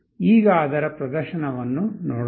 ಈಗ ಅದರ ಪ್ರದರ್ಶನವನ್ನು ನೋಡೋಣ